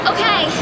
Okay